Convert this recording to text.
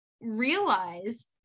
realize